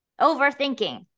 overthinking